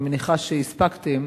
אני מניחה שהספקתם,